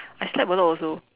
I slept a lot also